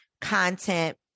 content